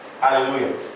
Hallelujah